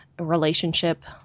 relationship